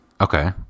Okay